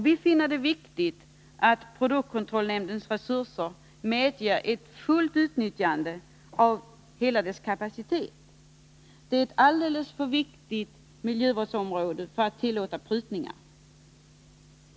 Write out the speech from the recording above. Vi finner det viktigt att produktkontrollnämndens resurser medger ett fullt utnyttjande av hela dess kapacitet, eftersom detta är ett alldeles för viktigt miljövårdsområde för att man skall tillåta prutningar.